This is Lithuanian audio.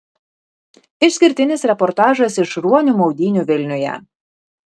išskirtinis reportažas iš ruonių maudynių vilniuje